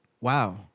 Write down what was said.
wow